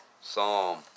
Psalm